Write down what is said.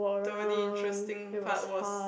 the only interesting part was